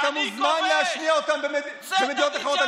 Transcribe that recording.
אתה מוזמן להשמיע אותן במדינות אחרות.